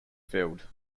field